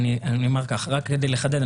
רק כדי לחדד,